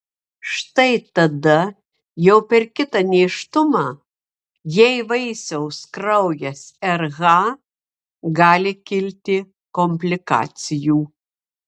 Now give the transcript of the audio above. štai tada jau per kitą nėštumą jei vaisiaus kraujas rh gali kilti komplikacijų